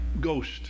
ghost